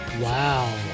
Wow